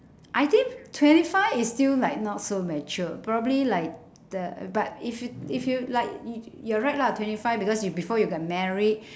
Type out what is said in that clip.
I think twenty five is still like not so mature probably like the but if you if you like you're right lah twenty five because you before you got married